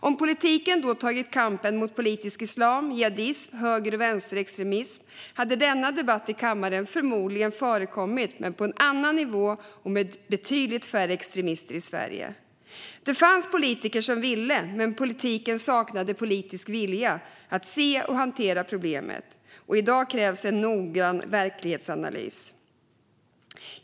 Om politiken då tagit kampen mot politisk islam, jihadism, höger och vänsterextremism hade denna debatt i kammaren förmodligen förekommit men på en annan nivå, och vi hade haft betydligt färre extremister i Sverige. Det fanns politiker som ville, men politiken saknade politisk vilja att se och hantera problemet. I dag krävs en noggrann verklighetsanalys.